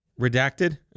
Redacted